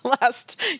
last